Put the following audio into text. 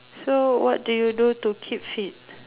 so what do you do to keep fit